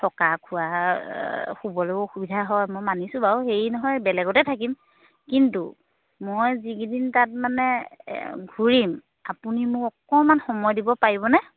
থকা খোৱা শুবলৈও অসুবিধা হয় মই মানিছোঁ বাৰু হেৰি নহয় বেলেগতে থাকিম কিন্তু মই যিকেইদিন তাত মানে ঘূৰিম আপুনি মোক অকণমান সময় দিব পাৰিবনে